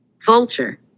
vulture